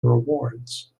rewards